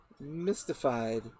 ...mystified